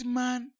man